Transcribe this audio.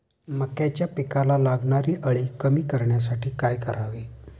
मक्याच्या पिकाला लागणारी अळी कमी करण्यासाठी काय करावे?